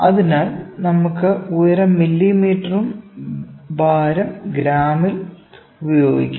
അതിനാൽ നമുക്ക് ഉയരം മില്ലീമീറ്ററും ഭാരം ഗ്രാമിൽ ഉപയോഗിക്കാം